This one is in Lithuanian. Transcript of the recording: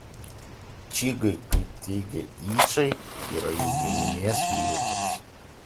čigai kaip teigia yčai yra jų giminės lizdas